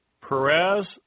Perez